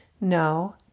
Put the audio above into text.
No